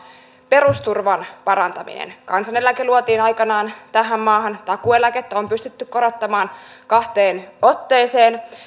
perusturvan parantaminen kansaneläke luotiin aikanaan tähän maahan takuueläkettä on pystytty korottamaan kahteen otteeseen